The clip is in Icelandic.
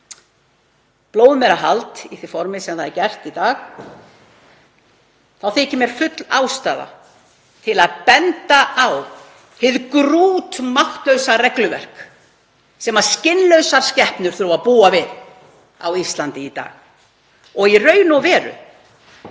blóðmerahald í því formi sem það er gert í dag, þá þykir mér full ástæða til að benda á hið grútmáttlausa regluverk sem skynlausar skepnur þurfa að búa við á Íslandi í dag og í raun og veru